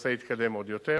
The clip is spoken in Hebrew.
והנושא התקדם עוד יותר.